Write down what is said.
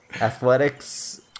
Athletics